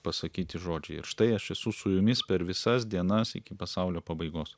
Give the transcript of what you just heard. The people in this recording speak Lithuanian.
pasakyti žodžiai ir štai aš esu su jumis per visas dienas iki pasaulio pabaigos